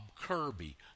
Kirby